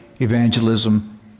evangelism